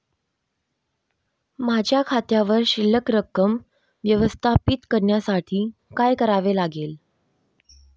माझ्या खात्यावर शिल्लक रक्कम व्यवस्थापित करण्यासाठी काय करावे लागेल?